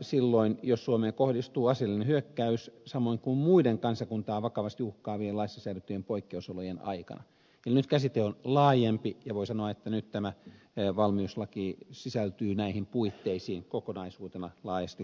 silloin jos suomeen kohdistuu aseellinen hyökkäys samoin kuin muiden kansakuntaa vakavasti uhkaavien laissa säädettyjen poikkeusolojen aikana eli nyt käsite on laajempi ja voi sanoa että nyt tämä valmiuslaki sisältyy näihin puitteisiin kokonaisuutena laajasti katsottuna